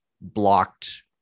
blocked